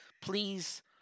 Please